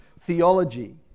theology